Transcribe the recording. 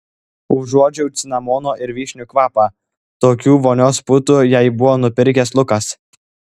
užuodžiau cinamono ir vyšnių kvapą tokių vonios putų jai buvo nupirkęs lukas